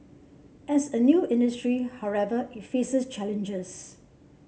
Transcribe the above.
as a new industry however it faces challenges